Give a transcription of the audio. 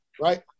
right